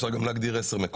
אפשר להגדיר גם 10 מקומות.